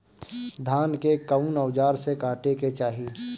धान के कउन औजार से काटे के चाही?